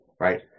right